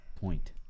point